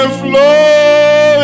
flow